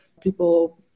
people